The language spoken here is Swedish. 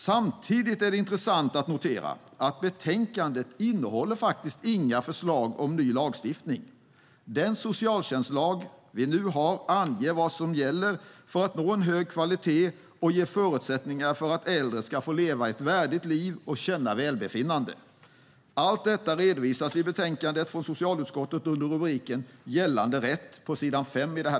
Samtidigt är det intressant att notera att betänkandet faktiskt inte innehåller några förslag om ny lagstiftning. Den socialtjänstlag vi nu har anger vad som gäller för att nå en hög kvalitet och ge förutsättningar för att äldre ska få leva ett värdigt liv och känna välbefinnande. Allt detta redovisas i betänkandet från socialutskottet under rubriken "Gällande rätt" på s. 5.